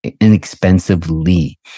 inexpensively